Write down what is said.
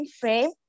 frame